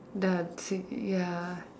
dancing ya